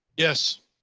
yes,